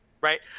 right